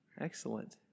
Excellent